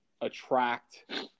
attract